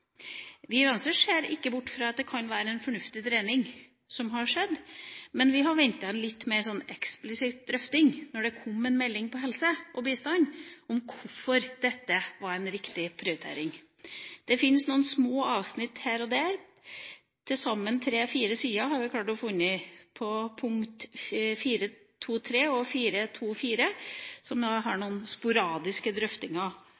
ser ikke bort fra at det kan være en fornuftig dreining som har skjedd, men når det kom en melding om helse og bistand, hadde vi ventet en litt mer eksplisitt drøfting av hvorfor dette var en riktig prioritering. Det fins noen små avsnitt her og der, til sammen tre–fire sider har vi klart å finne. Punktene 4.2.3 og 4.2.4 har noen sporadiske drøftinger av dette, som